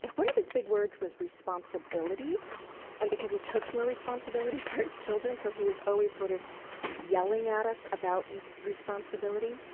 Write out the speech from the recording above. one of his big words was responsibility and because he took no responsibility for his children so he was always sort of yelling at us about and responsibility.